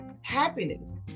happiness